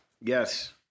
Yes